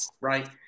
right